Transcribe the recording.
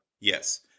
Yes